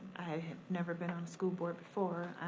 i have never been on a school board before.